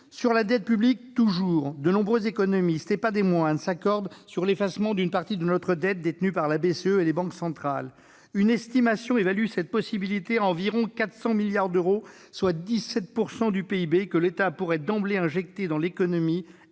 Sur la dette publique toujours, de nombreux économistes, et pas des moindres, s'accordent sur l'effacement d'une partie de notre dette détenue par la BCE et les banques. On évalue cette éventualité à environ 400 milliards d'euros, soit 17 % du PIB que l'État pourrait d'emblée injecter dans l'économie